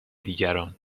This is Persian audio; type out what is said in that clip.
دیگران